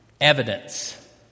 evidence